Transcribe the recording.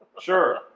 Sure